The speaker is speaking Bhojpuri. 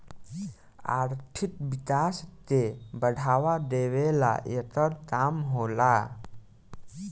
आर्थिक विकास के बढ़ावा देवेला एकर काम होला